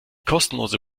kostenlose